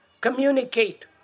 Communicate